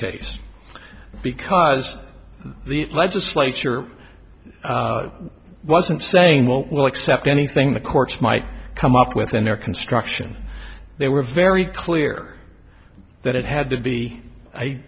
case because the legislature wasn't saying well we'll accept anything the courts might come up with in their construction they were very clear that it had to be a